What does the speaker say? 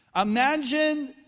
Imagine